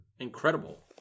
Incredible